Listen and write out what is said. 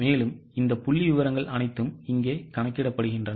எனவே இந்த புள்ளிவிவரங்கள் அனைத்தும் இங்கே கணக்கிடப்படுகின்றன